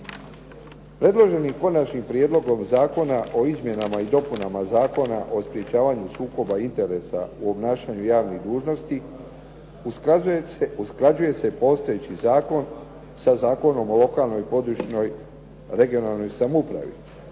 Predloženi konačni prijedlog zakona o izmjenama i dopunama Zakona o sprečavanju sukoba interesa o obnašanju javnih dužnosti, usklađuje se postojeći zakon sa Zakonom o lokalnoj, područnoj, regionalnoj samoupravi.